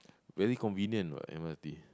very convenient what m_r_t